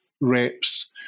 reps